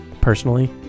personally